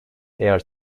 air